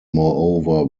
moreover